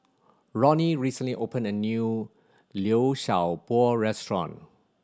Roni recently opened a new Liu Sha Bao restaurant